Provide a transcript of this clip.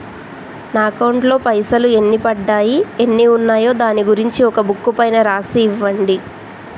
నా అకౌంట్ లో పైసలు ఎన్ని పడ్డాయి ఎన్ని ఉన్నాయో దాని గురించి ఒక బుక్కు పైన రాసి ఇవ్వండి?